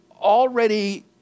already